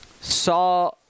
saw